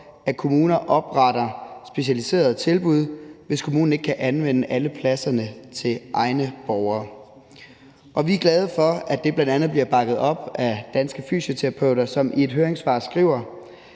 at kommuner opretter specialiserede tilbud, hvis kommunen ikke kan anvende alle pladserne til egne borgere. Vi er glade for, at det bl.a. bliver bakket op af Danske Fysioterapeuter, som i et høringssvar skriver,